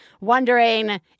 wondering